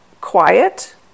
quiet